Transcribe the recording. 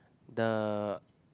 the